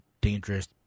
dangerous